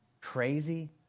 crazy